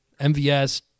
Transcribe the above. MVS